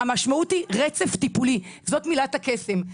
המשמעות היא רצף טיפולי, זאת מילת הקסם.